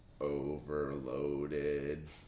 overloaded